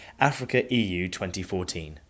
AfricaEU2014